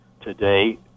today